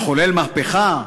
נחולל מהפכה,